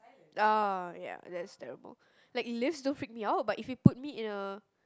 ah ya that's terrible like lifts don't freak me out but if you put me in a